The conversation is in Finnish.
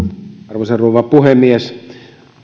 arvoisa rouva puhemies